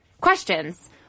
questions